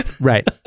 Right